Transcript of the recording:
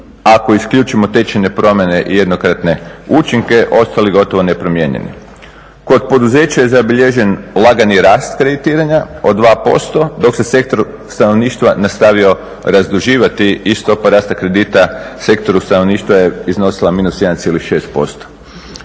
ako isključimo tečajne promjene i jednokratne učinke ostali gotovo nepromijenjeni. Kod poduzeća je zabilježen lagani rast kreditiranja od 2% dok se sektor stanovništva nastavio razduživati i stopa rasta kredita sektoru stanovništava je iznosila minus 1,6%.